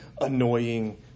annoying